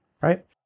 right